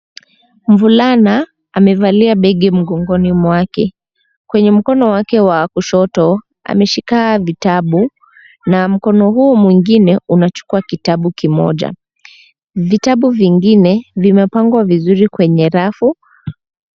Mvulana amevalia begi mgongoni. Kwenye mikono wake wa kushoto ameshika vitabu na mikono huu mwingine unachukua kitabu kimoja. Vitabu vingine zimepangwa kwenye rafu.